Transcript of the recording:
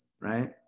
right